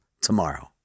tomorrow